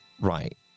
Right